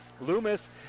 Loomis